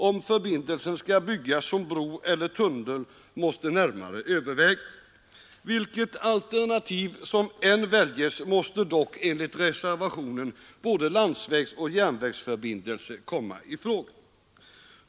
Om förbindelsen skall byggas som bro eller tunnel måste närmare övervägas. Vilket alternativ som än väljes måste dock enligt reservationen både landsvägsoch järnvägsförbindelse komma i fråga.